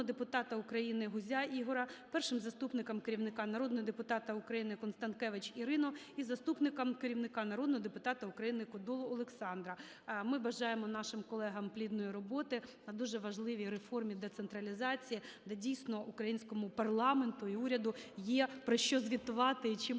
депутата України Гузя Ігоря, першим заступником керівника – народного депутата України Констанкевич Ірину і заступником керівника – народного депутата України Кодолу Олександра. Ми бажаємо нашим колегам плідної роботи на дуже важливій реформі децентралізації, де, дійсно, українському парламенту і уряду є про що звітувати і чим